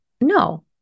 no